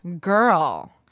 Girl